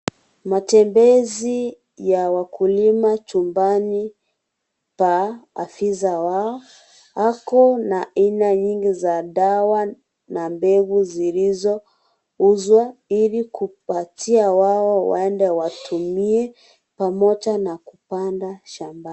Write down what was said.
Matembezi ya wakulima chumbani pa afisa wao. Ako na aina nyingi za dawa na mbegu zilizouzwa Ili kupatia wao waende watumie pamoja na kupanda shambani.